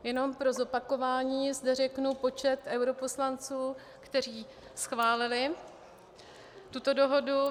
Jenom pro zopakování zde řeknu počet europoslanců, kteří schválili tuto dohodu.